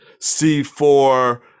C4